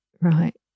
right